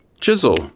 Chisel